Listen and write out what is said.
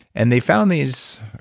and they found these.